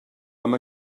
amb